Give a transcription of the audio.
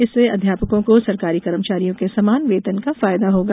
इससे अध्यापकों को सरकारी कर्मचारियों के समान वेतन का फायदा होगा